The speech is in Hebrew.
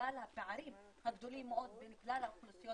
בגלל הפערים הגדולים מאוד בין כלל האוכלוסיות